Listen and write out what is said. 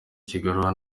kigaruka